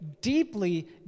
deeply